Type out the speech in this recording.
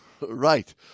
Right